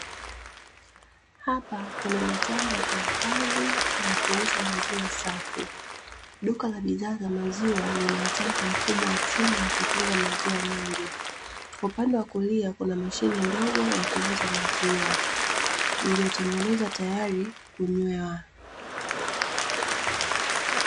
Hapa kuna mitambo ya kuhifadhi na kuuza maziwa safi. Duka la bidhaa za maziwa lina mtambo mkubwa wa chuma wa kutunza maziwa mengi. Upande wa kulia kuna mashine ndogo ya kuuza maziwa, iliyotengenezwa tayari kunywewa.